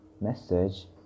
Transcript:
message